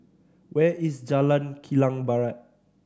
where is Jalan Kilang Barat